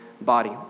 body